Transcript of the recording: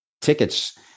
tickets